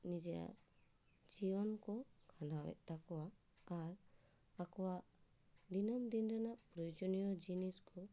ᱱᱤᱡᱮᱭᱟᱜ ᱡᱤᱭᱚᱱ ᱠᱚ ᱠᱷᱟᱸᱰᱟᱣᱮᱫ ᱛᱟᱠᱚᱣᱟ ᱟᱨ ᱟᱠᱳᱣᱟᱜ ᱫᱤᱱᱟᱹᱢ ᱫᱤᱱ ᱨᱮᱱᱟᱜ ᱯᱨᱚᱭᱳᱡᱚᱱᱤᱭᱳ ᱡᱤᱱᱤᱥ ᱠᱚ